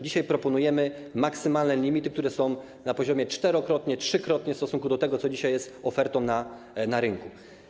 Dzisiaj proponujemy maksymalne limity, które są na poziomie czterokrotności, trzykrotności w stosunku do tego, co dzisiaj jest ofertą na rynku.